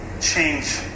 change